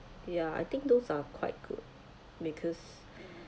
ya I think those are quite good because